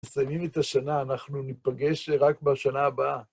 מסיימים את השנה, אנחנו נפגש רק בשנה הבאה.